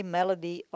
Melody